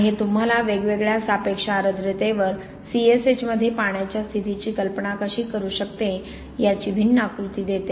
आणि हे तुम्हाला वेगवेगळ्या सापेक्ष आर्द्रतेवर C S H मध्ये पाण्याच्या स्थितीची कल्पना कशी करू शकते याचे भिन्न आकृती देते